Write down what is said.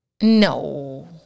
No